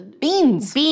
Beans